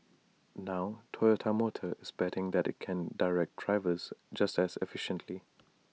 now Toyota motor is betting that IT can direct drivers just as efficiently